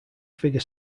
figure